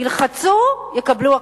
ילחצו, יקבלו הכול.